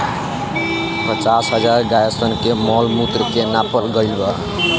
पचास हजार गाय सन के मॉल मूत्र के नापल गईल बा